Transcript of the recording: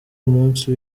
umunsi